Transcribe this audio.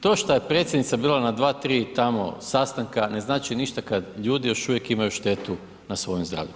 To što je predsjednica bila na 2, 3 tamo sastanka ne znači ništa kad ljudi još uvijek imaju štetu na svojem zdravlju.